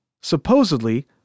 Supposedly